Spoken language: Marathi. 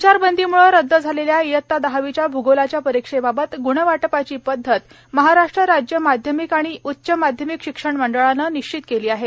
संचारबंदीमुळे रद्द झालेल्या इयत्ता दहावीच्या भूगोलाच्या परीक्षेबाबत ग्णवाटपाची पद्धत महाराष्ट्र राज्य माध्यमिक आणि उच्च माध्यमिक शिक्षण मंडळानं निश्चित केली आहे